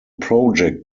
project